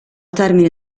termine